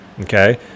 okay